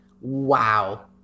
wow